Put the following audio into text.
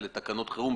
לתקנות שעת חירום,